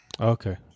Okay